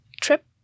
trip